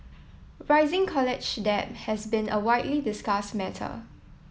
rising college debt has been a widely discussed matter